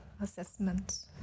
Assessment